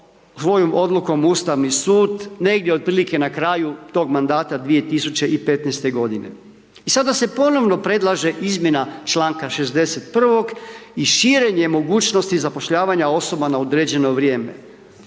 svojom odlukom Ustavni sud negdje otprilike na kraju tog mandata 2015.-te godine. I sada se ponovno predlaže izmjena čl. 61. i širenje mogućnosti zapošljavanja osoba na određeno vrijeme.